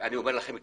אני אומר לכם כבר,